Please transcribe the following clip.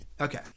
Okay